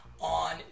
on